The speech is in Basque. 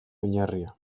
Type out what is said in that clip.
oinarria